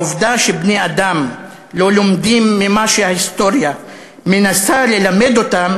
העובדה שבני-אדם לא לומדים ממה שההיסטוריה מנסה ללמד אותם